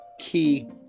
key